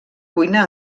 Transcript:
cuina